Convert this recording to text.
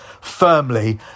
firmly